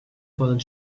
poden